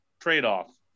trade-off